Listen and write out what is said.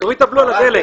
תוריד את הבלו על הדלק.